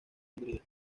hungría